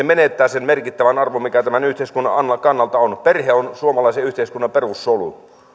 menettää sen merkittävän arvon mikä tämän yhteiskunnan kannalta on perhe on suomalaisen yhteiskunnan perussolu